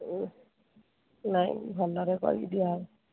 ଉଁ ନାଇଁ ଭଲରେ କରିକି ଦିଆ ହେବ